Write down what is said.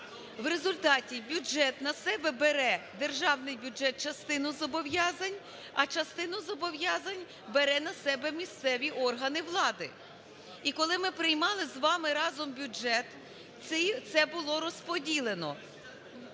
В результаті бюджет на себе бере, державний бюджет, частину зобов'язань, а частину зобов'язань беруть на себе місцеві органи влади. І коли ми приймали з вами разом бюджет, це було розподілено.